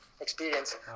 experience